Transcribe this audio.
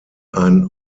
ein